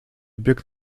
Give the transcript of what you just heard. bieg